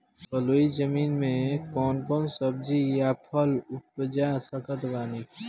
बलुई जमीन मे कौन कौन सब्जी या फल उपजा सकत बानी?